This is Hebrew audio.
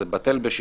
זה בטל בשישים,